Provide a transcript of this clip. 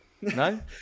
No